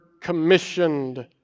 commissioned